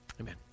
amen